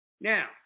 Now